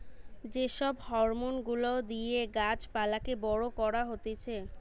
যে সব হরমোন গুলা দিয়ে গাছ পালাকে বড় করা হতিছে